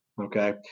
Okay